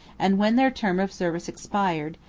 and when their term of service expired,